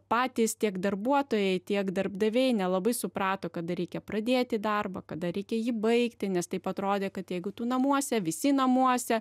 patys tiek darbuotojai tiek darbdaviai nelabai suprato kada reikia pradėti darbą kada reikia jį baigti nes taip atrodė kad jeigu tu namuose visi namuose